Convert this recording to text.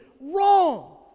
wrong